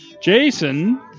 Jason